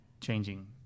changing